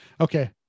okay